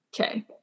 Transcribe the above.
Okay